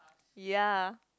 ya